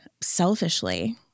selfishly